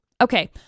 Okay